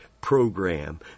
program